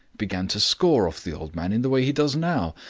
began to score off the old man in the way he does now.